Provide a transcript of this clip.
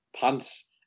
pants